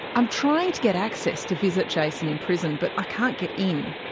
i'm trying to get access to visit jason in prison, but i can't get in.